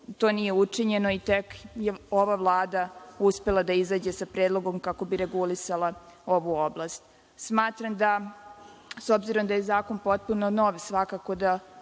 to nije učinjeno i tek je ova Vlada uspela da izađe sa predlogom, kako bi regulisala ovu oblast. Smatram da, s obzirom da je zakon potpuno nov, svakako da